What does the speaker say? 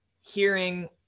hearing